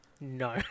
No